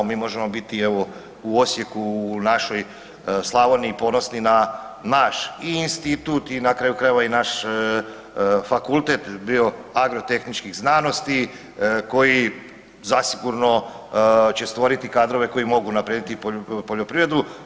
Mi možemo biti u Osijeku, u našoj Slavoniji ponosni na naš i institut i na kraju krajeva i naš Fakultet bioagrotehničkih znanosti koji zasigurno će stvoriti kadrove koji mogu unaprijediti poljoprivredu.